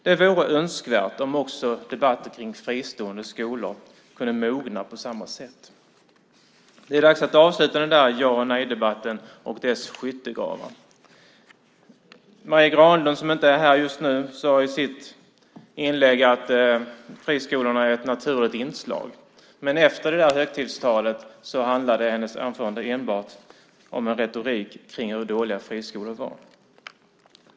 Det vore önskvärt om debatter om fristående skolor kunde mogna på samma sätt. Det är dags att avsluta den här ja och nejdebatten och dess skyttegravar. Marie Granlund, som inte är här just nu, sade i sitt inlägg att friskolorna är ett naturligt inslag. Men efter det högtidstalet handlade hennes anförande enbart om en retorik kring hur dåliga friskolor var.